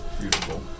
Beautiful